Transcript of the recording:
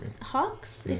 Hawks